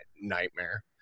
nightmare